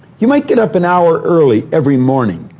you might get up an hour early every morning,